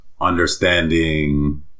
understanding